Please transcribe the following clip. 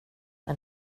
men